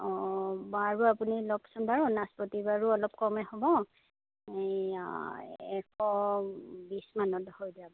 অ বাৰু আপুনি লওকচোন বাৰু নাচপতি বাৰু অলপ কমেই হ'ব এইয়া এশ বিশ মানত হৈ যাব